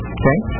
okay